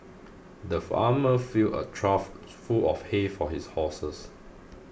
the farmer filled a trough full of hay for his horses